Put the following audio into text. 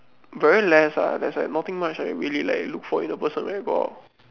very less ah there's like nothing much I really like look for in a person where got